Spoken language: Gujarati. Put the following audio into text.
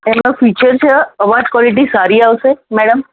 એમાં ફીચર્સ છે અવાજ ક્વૉલિટી સારી આવશે મૅડમ